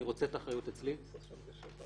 אני רוצה את האחריות אצלי, ושלישית,